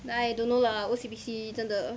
!aiya! I don't know lah O_C_B_C 真的